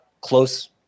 close